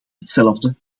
hetzelfde